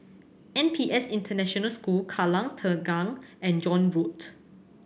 N P S International School Kallang Tengah and John Road